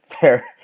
Fair